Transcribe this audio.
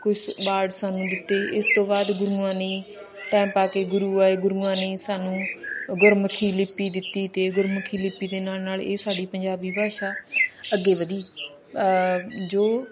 ਕੁਛ ਵਾਡ ਸਾਨੂੰ ਦਿੱਤੇ ਇਸ ਤੋਂ ਬਾਅਦ ਗੁਰੂਆਂ ਨੇ ਟੈਮ ਪਾ ਕੇ ਗੁਰੂ ਆਏ ਗੁਰੂਆਂ ਨੇ ਸਾਨੂੰ ਗੁਰਮੁਖੀ ਲਿਪੀ ਦਿੱਤੀ ਅਤੇ ਗੁਰਮੁਖੀ ਲਿਪੀ ਦੇ ਨਾਲ ਨਾਲ ਇਹ ਸਾਡੀ ਪੰਜਾਬੀ ਭਾਸ਼ਾ ਅੱਗੇ ਵਧੀ ਜੋ